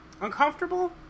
Uncomfortable